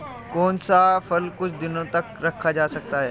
कौन सा फल कुछ दिनों तक रखा जा सकता है?